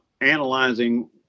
analyzing